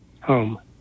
home